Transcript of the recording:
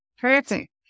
Perfect